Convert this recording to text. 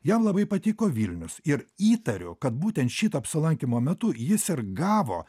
jam labai patiko vilnius ir įtariu kad būtent šito apsilankymo metu jis ir gavo